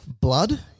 blood